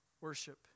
worship